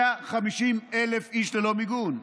150,000 איש ללא מיגון,